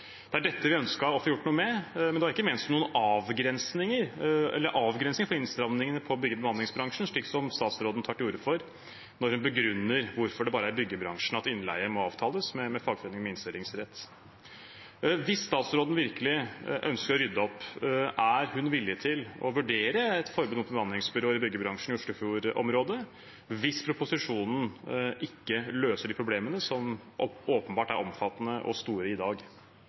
Det var dette vi ønsket å få gjort noe med, men det var ikke ment som noen avgrensning av innstramningene for bemanningsbransjen, slik som statsråden tar til orde for når hun begrunner hvorfor det bare er i byggebransjen at innleie må avtales med fagforeninger med innstillingsrett. Hvis statsråden virkelig ønsker å rydde opp: Er hun villig til å vurdere et forbud mot bemanningsbyråer i byggebransjen i Oslofjord-området – hvis proposisjonen ikke løser de problemene som åpenbart er omfattende og store i dag?